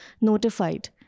notified